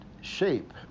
shape